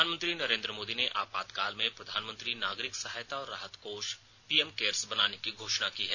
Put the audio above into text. प्रधानमंत्री नरेन्द्र मोदी ने आपातकाल में प्रधानमंत्री नागरिक सहायता और राहत कोष पी एम केयर्स बनाने की घोषणा की है